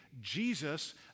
Jesus